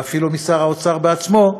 ואפילו משר האוצר בעצמו,